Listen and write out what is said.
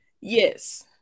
Yes